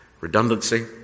Redundancy